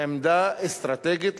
עמדה אסטרטגית,